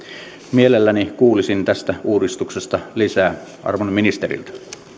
mielelläni kuulisin tästä uudistuksesta lisää arvon ministeriltä